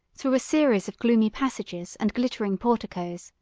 through a series of gloomy passages, and glittering porticos